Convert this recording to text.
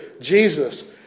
Jesus